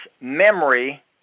memory